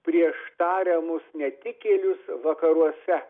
prieš tariamus netikėlius vakaruose